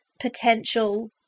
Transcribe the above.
potential